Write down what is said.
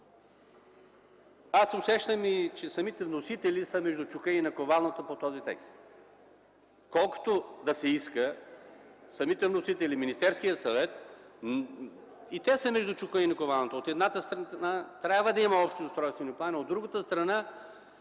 Аз усещам, че и самите вносители са между чука и наковалнята по този текст. Колкото да се иска, самите вносители, Министерският съвет, и те са между чука и наковалнята. От една страна, трябва да има общи устройствени планове, от друга страна,